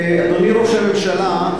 אדוני ראש הממשלה,